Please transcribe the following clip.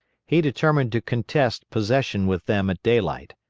he determined to contest possession with them at daylight.